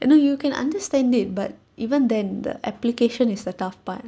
you know you can understand it but even then the application is the tough part